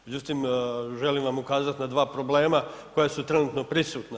Međutim, želim vam ukazati na dva problema koja su trenutno prisutna.